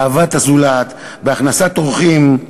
באהבת הזולת, בהכנסת אורחים,